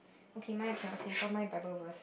okay mine I cannot say cause mine Bible verse